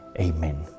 Amen